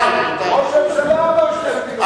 ראש הממשלה אמר: שתי מדינות,